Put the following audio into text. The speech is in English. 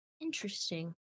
interesting